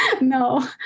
no